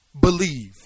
Believe